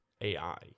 AI